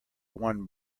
one